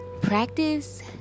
Practice